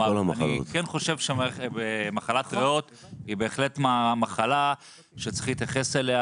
אני כן חושב שמחלת ריאות היא בהחלט מחלה שצריך להתייחס אליה